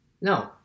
No